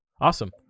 awesome